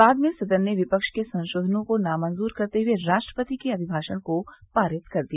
बाद में सदन ने विपक्ष के संशोधनों को नामंजूर करते हुए राष्ट्रपति के अभिभाषण को पारित कर दिया